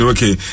Okay